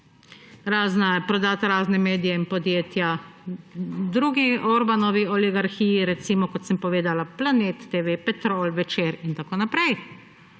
namen prodati razne medije in podjetja drugi Orbanovi oligarhiji, recimo, kot sem povedala, Planet TV, Petrol, Večer in tako naprej.